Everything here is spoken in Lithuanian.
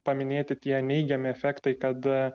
paminėti tie neigiami efektai kad